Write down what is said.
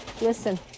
listen